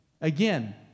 again